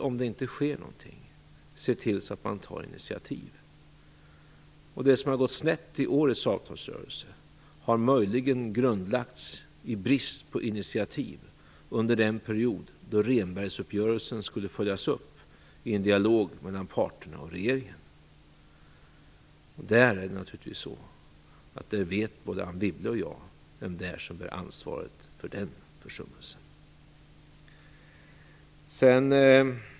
Om det inte sker någonting får man ta initiativ. Det som har gått snett i årets avtalsrörelse har möjligen grundlagts i brist på initiativ under den period då Rehnbergsuppgörelsen skulle följas upp i en dialog mellan parterna och regeringen. Där vet både Anne Wibble och jag vem som bär ansvaret för försummelsen.